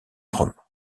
rome